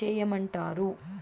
చేయమంటారు?